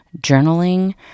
journaling